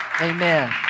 Amen